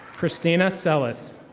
christina sellis.